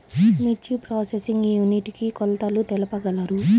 మిర్చి processing unit కి కొలతలు తెలుపగలరు?